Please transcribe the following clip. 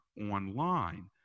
online